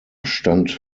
stand